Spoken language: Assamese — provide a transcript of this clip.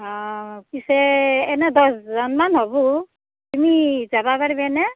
অ পিছে এনেই দহজনমান হ'ব তুমি যাব পাৰিবানে